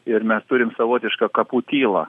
ir mes turim savotišką kapų tylą